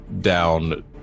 down